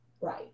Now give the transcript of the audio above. Right